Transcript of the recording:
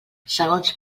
segons